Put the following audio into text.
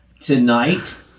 Tonight